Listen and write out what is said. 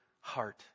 heart